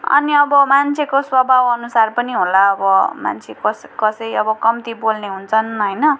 अनि अब मान्छेको स्वभाव अनुसार पनि होला अब मान्छे कस कसै अब कम्ति बोल्ने हुन्छन् होइन